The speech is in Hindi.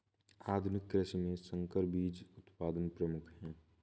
आधुनिक कृषि में संकर बीज उत्पादन प्रमुख है